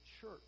church